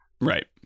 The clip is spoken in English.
Right